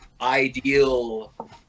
ideal